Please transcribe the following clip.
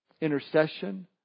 intercession